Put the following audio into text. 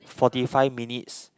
forty five minutes